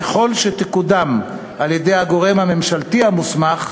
ככל שתקודם על-ידי הגורם הממשלתי המוסמך,